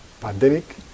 pandemic